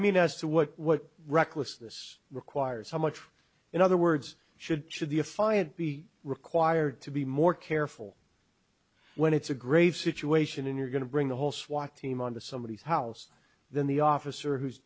mean as to what what reckless this requires so much in other words should should be if i had be required to be more careful when it's a grave situation in you're going to bring the whole swat team on to somebody's house then the officer who's